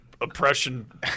Oppression